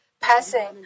passing